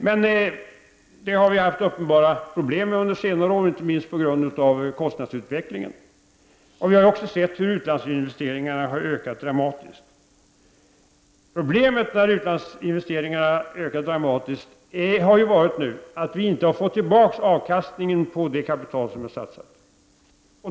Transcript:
Detta har vi under senare år haft uppenbara problem att klara — inte minst på grund av kostnadsutvecklingen. Vi har också kunnat konstatera hur utlandsinvesteringar ökat dramatiskt. Det problem som uppstår då utlandsinvesteringarna ökar dramatiskt har varit att Sverige inte har fått avkastningen på det kapital som investerats.